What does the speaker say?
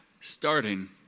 starting